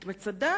את מצדה